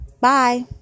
Bye